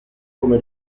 come